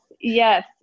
yes